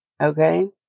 Okay